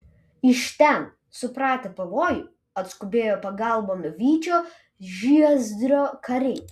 iš ten supratę pavojų atskubėjo pagalbon vyčio žiezdrio kariai